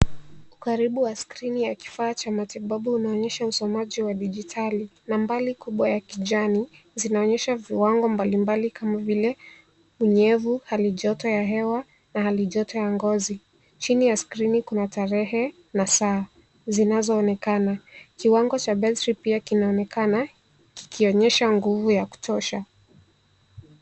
Ukaribu wa skrini ya kifaa cha matibabu unaonyesha usomaji wa dijitali. Nambari kubwa ya kijani zinaonyesha viwango mbalimbali kama vile unyevu, halijoto ya hewa na hali joto ya ngozi. Chini ya skrini kuna tarehe na saa zinazoonekana. Kiwango cha battery pia kinaonekana kikionyesha nguvu ya kutosha.